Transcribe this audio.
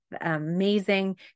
amazing